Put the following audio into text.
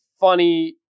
funny